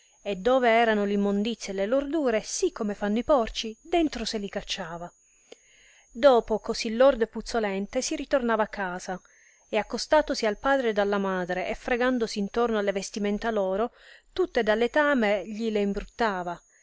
e dove erano l immondizie e le lordure sì come fanno i porci dentro se li cacciava dopo così lordo e puzzolente si ritornava a casa e accostatosi al padre ed alla madre e fregandosi intorno alle vestimenta loro tutte da letame gli le imbruttava